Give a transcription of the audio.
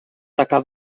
taka